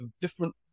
different